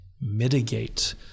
mitigate